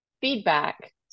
feedback